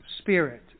Spirit